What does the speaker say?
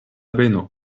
beno